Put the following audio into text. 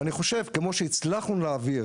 אני חושב שכמו שהצלחנו להעביר